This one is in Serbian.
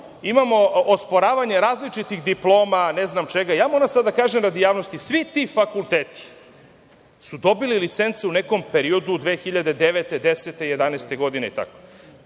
imamo osporavanje različitih diploma, ne znam čega. Moram sada da kažem radi javnosti, svi ti fakultetu su dobili licence u nekom periodu 2009, 2010, 2011. godine, itd.